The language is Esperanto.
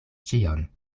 ĉion